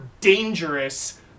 dangerous